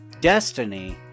destiny